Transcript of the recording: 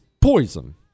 poison